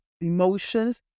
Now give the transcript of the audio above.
emotions